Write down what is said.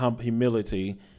humility